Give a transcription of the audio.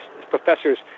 professors